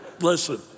listen